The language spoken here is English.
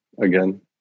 again